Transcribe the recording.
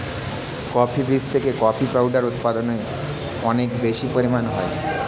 coffee বীজ থেকে coffee powder উৎপাদন অনেক বেশি পরিমাণে হয়